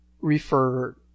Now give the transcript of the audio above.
refer